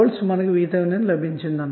5230V లభించింది